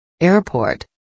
Airport